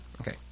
Okay